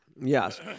Yes